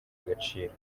agaciro